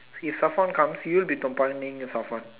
if Safon he will be bombarding Safon